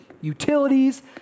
utilities